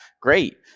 great